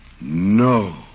No